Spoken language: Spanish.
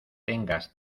tengas